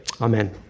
Amen